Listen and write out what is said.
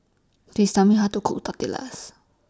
Please Tell Me How to Cook Tortillas